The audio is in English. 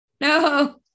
no